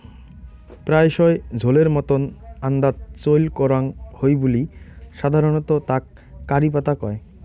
প্রায়শই ঝোলের মতন আন্দাত চইল করাং হই বুলি সাধারণত তাক কারি পাতা কয়